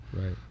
Right